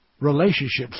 relationships